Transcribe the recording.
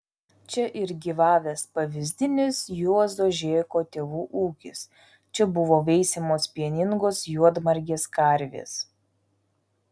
čia ir gyvavęs pavyzdinis juozo žėko tėvų ūkis čia buvo veisiamos pieningos juodmargės karvės